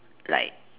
like